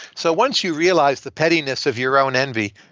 so once you realize the pettiness of your own envy,